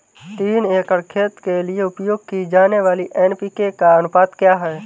तीन एकड़ खेत के लिए उपयोग की जाने वाली एन.पी.के का अनुपात क्या है?